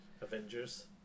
Avengers